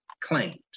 claims